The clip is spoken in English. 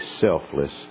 selfless